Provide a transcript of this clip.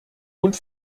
und